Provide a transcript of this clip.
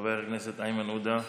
חבר הכנסת איימן עודה,